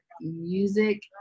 music